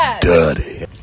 Dirty